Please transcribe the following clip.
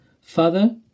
Father